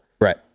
right